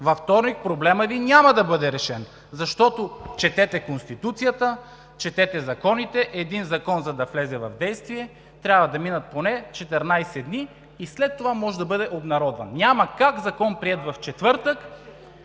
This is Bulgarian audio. във вторник проблемът Ви няма да бъде решен, защото – четете Конституцията, четете законите – за да влезе в действие един закон, трябва да минат поне 14 дни и след това може да бъде обнародван. Няма как закон, приет в четвъртък,